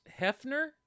Hefner